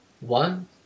One